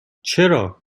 چرا